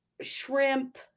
shrimp